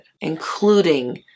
including